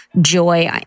joy